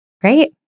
Great